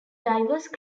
diverse